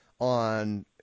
on